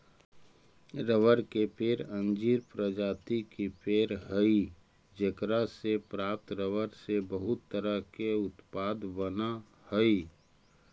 रबड़ के पेड़ अंजीर प्रजाति के पेड़ हइ जेकरा से प्राप्त रबर से बहुत तरह के उत्पाद बनऽ हइ